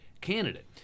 candidate